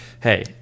hey